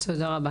תודה רבה